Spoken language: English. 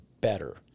better